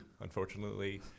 Unfortunately